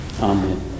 Amen